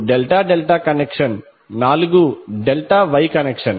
∆∆ connection 4 ∆ Y connection